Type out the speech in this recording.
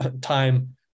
time